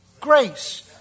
grace